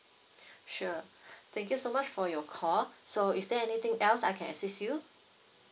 sure thank you so much for your call so is there anything else I can assist you